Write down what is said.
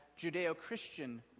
Judeo-Christian